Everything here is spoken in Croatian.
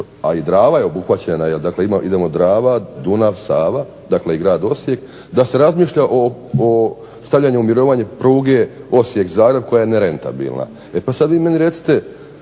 a i Drava je obuhvaćena, dakle idemo Drava, Dunav, Sava, dakle i grad Osijek da se razmišlja o stavljanju u mirovanje pruge Osijek-Zagreb koja je nerentabilna. E pa sad vi meni recite